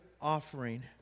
offering